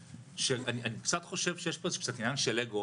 אני קצת חושב שיש פה קצת עניין של אגו